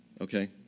Okay